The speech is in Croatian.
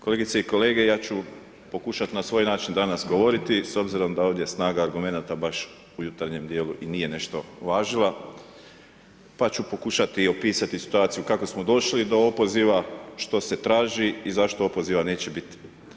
Kolegice i kolege, ja ću pokušati na svoj način danas govoriti, s obzirom da je ovdje snaga argumenata baš u jutarnjem dijelu i nije nešto važila, pa ću pokušati i opisati situaciju kako smo došli do opoziva, što se traži i zašto opoziva neće biti.